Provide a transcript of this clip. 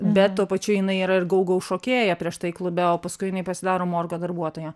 bet tuo pačiu jinai yra ir gau gau šokėja prieš tai klube o paskui jinai pasidaro morgo darbuotoja